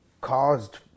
caused